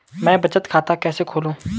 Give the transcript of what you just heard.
मैं बचत खाता कैसे खोलूँ?